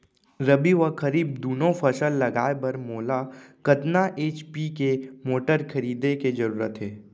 रबि व खरीफ दुनो फसल लगाए बर मोला कतना एच.पी के मोटर खरीदे के जरूरत हे?